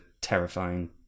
terrifying